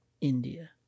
India